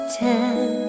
ten